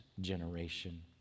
generation